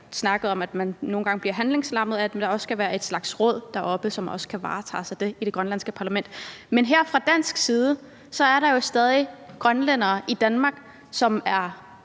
snakket om, at man nogle gange bliver handlingslammet – at der også skal være et slags råd deroppe, som kan varetage det i det grønlandske parlament. Men her fra dansk side er der jo stadig grønlændere i Danmark, som er